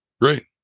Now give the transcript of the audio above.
Great